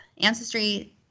ancestry